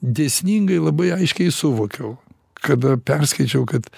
dėsningai labai aiškiai suvokiau kada perskaičiau kad